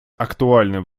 актуальным